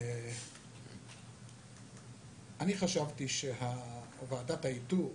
אני חשבתי שוועדת האיתור